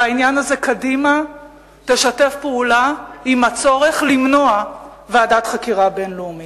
בעניין הזה קדימה תשתף פעולה עם הצורך למנוע ועדת חקירה בין-לאומית.